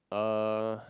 uh